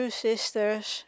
Sisters